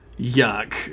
Yuck